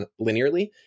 linearly